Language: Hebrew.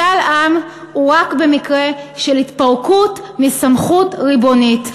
משאל עם הוא רק במקרה של התפרקות מסמכות ריבונית.